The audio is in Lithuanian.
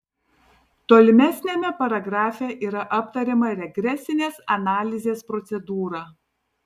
tolimesniame paragrafe yra aptariama regresinės analizės procedūra